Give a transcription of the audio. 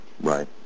right